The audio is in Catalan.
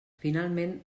finalment